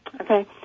Okay